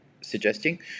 suggesting